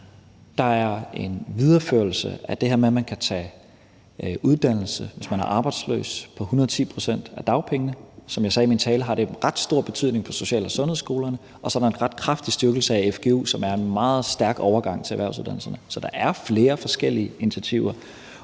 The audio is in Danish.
Der er en videreførelse af det her med, at man, hvis man er arbejdsløs, kan tage uddannelse på 110 pct. af dagpengene. Som jeg sagde i min tale, har det en ret stor betydning for social- og sundhedsskolerne, og så er der en ret kraftig styrkelse af fgu, som er en meget vigtig overgang til erhvervsuddannelserne. Så der er flere forskellige initiativer.